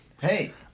Hey